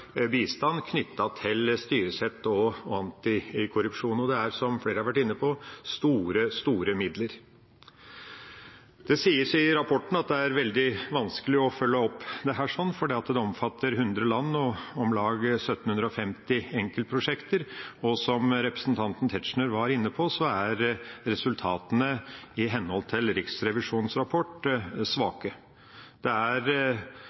bistand knyttet til styresett og antikorrupsjon. Og det er – som flere har vært inne på – store midler. Det sies i rapporten at det er veldig vanskelig å følge opp dette, for det omfatter 100 land og om lag 1 750 enkeltprosjekter, og som representanten Tetzschner var inne på, er resultatene i henhold til Riksrevisjonens rapport svake. Det